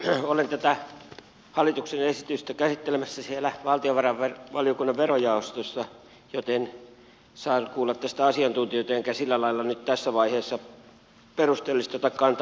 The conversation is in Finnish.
olen tätä hallituksen esitystä käsittelemässä valtiovarainvaliokunnan verojaostossa joten saan kuulla tästä asiantuntijoita enkä sillä lailla tässä vaiheessa perusteellisesti ota kantaa